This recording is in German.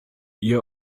ihr